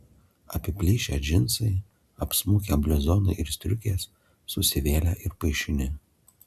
apiplyšę džinsai apsmukę bliuzonai ir striukės susivėlę ir paišini